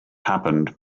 happened